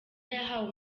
yahawe